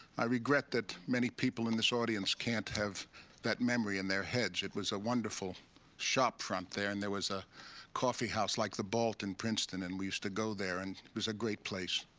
i regret that many people in this audience can't have that memory in their heads. it was a wonderful shopfront there and there was a coffee house, like the balt in princeton, and we used to go there and it was a great place.